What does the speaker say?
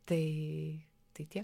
tai tai tiek